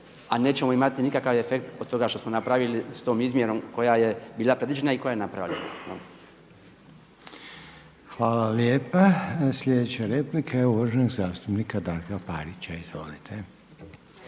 a nećemo imati nikakav efekt od toga što smo napravili sa tom izmjerom koja je bila predviđena i koja je napravljena. **Reiner, Željko (HDZ)** Hvala vam lijepa. Sljedeća replika je uvaženog zastupnika Darka Parića. Izvolite.